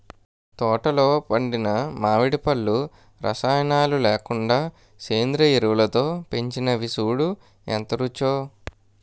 తోటలో పండిన మావిడి పళ్ళు రసాయనాలు లేకుండా సేంద్రియ ఎరువులతో పెంచినవి సూడూ ఎంత రుచో